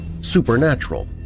supernatural